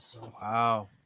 Wow